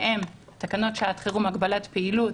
שהן: תקנות שעת חירום הגבלת פעילות,